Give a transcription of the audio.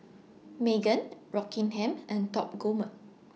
Megan Rockingham and Top Gourmet